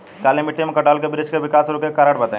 काली मिट्टी में कटहल के बृच्छ के विकास रुके के कारण बताई?